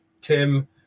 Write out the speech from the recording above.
tim